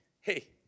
Hey